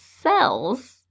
cells